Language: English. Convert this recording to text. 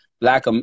black